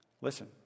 Listen